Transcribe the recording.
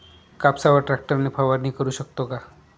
कापसावर ट्रॅक्टर ने फवारणी करु शकतो का?